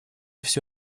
всё